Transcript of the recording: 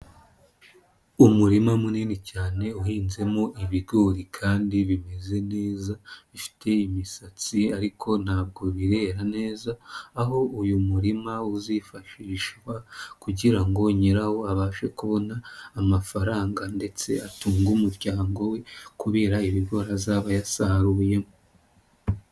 Umurima munini cyane uhinzemo ibigori kandi bimeze neza bifite imisatsi ariko ntabwo birera neza, aho uyu murima uzifashishwa kugirango nyirawo abashe kubona amafaranga ndetse atunga umuryango we kubera ibigori azaba yasaruyemo.